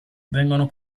vengono